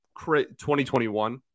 2021